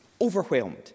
overwhelmed